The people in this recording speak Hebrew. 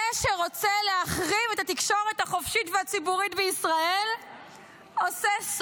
זה שרוצה להחריב את התקשורת החופשית והציבורית בישראל עושה,